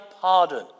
pardon